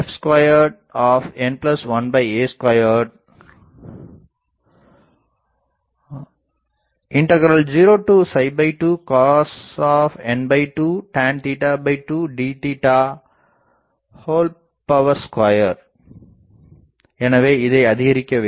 s i8f2n1a2 02 cosn2 tan 2 d2எனவே இதை அதிகரிக்க வேண்டும்